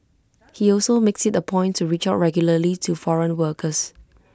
he also makes IT A point to reach out regularly to foreign workers